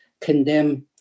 condemn